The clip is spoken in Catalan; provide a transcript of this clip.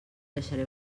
deixaré